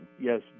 yes